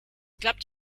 klappt